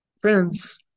Friends